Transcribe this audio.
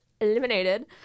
Eliminated